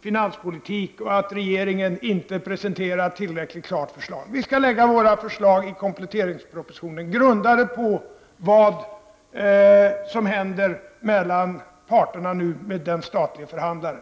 finanspolitiken är svag och att regeringen inte presenterat ett tillräckligt klart förslag. Vi skall lägga fram våra förslag i kompletteringspropositionen, grundade på vad som händer i samtalet mellan parterna och den statliga förhandlaren.